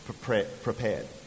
prepared